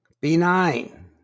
benign